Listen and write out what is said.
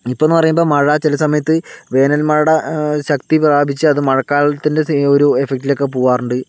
ഇപ്പോൾ എന്ന് പറയുമ്പോൾ മഴ ചില സമയത്ത് വേനൽമഴയുടെ ശക്തി ബാധിച്ച് അത് മഴക്കാലത്തിൻ്റെ ഒരു എഫക്റ്റിൽ ഒക്കെ പോകാറുണ്ട്